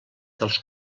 dels